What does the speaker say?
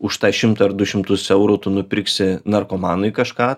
už tą šimtą ar du šimtus eurų tu nupirksi narkomanui kažką